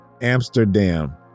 Amsterdam